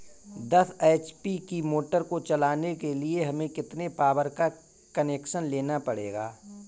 दस एच.पी की मोटर को चलाने के लिए हमें कितने पावर का कनेक्शन लेना पड़ेगा?